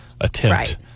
attempt